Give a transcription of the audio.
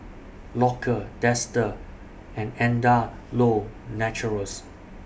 Loacker Dester and Andalou Naturals